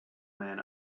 man